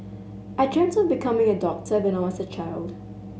I dreamt of becoming a doctor when I was a child